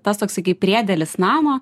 tas toksai kaip priedėlis nano